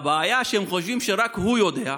הבעיה היא שהם חושבים שרק הוא יודע,